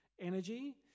energy